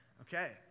Okay